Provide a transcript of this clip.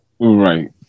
Right